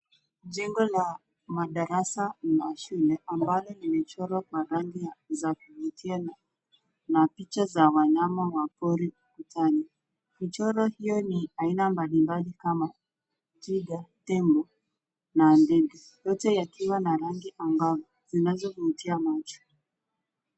Jengo la madarasa la shule ambalo limechorwa kwa rangi za kuvutia na picha za wanyama wa pori ukutani. Mchoro hiyo ni aina mbali mbali kama twiga, tembo na nzige yote yakiwa na rangi ambao zinazovutia macho.